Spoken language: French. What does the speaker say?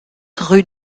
rue